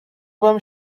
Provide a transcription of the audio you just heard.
вам